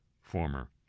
former